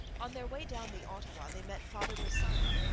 on their way down the ottawa they met father bressani,